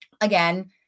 Again